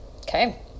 Okay